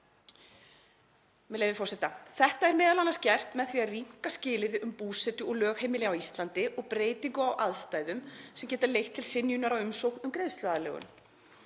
„Þetta er m.a. gert með því að rýmka skilyrði um búsetu og lögheimili á Íslandi og breytingu á aðstæðum sem geta leitt til synjunar á umsókn um greiðsluaðlögun.